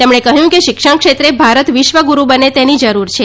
તેમણે કહ્યું કે શિક્ષણ ક્ષેત્રે ભારત વિશ્વ ગુરૂ બને તેની જરૂર છે